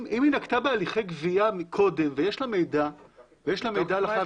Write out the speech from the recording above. אם היא נקטה בהליכי גבייה מקודם ויש לה מידע על החייב